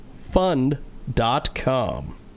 fund.com